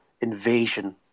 invasion